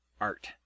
art